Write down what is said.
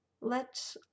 Let